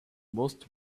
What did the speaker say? most